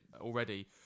already